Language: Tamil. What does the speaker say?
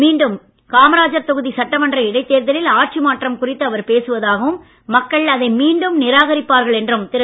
மீண்டும் காமராஜர் தொகுதி சட்டமன்ற இடைத்தேர்தலில் ஆட்சி மாற்றம் குறித்து அவர் பேசுவதாகவும் மக்கள் அதை மீண்டும் நிராகரிப்பார்கள் என்றும் திரு